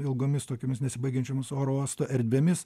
ilgomis tokiomis nesibaigiančioms oro uosto erdvėmis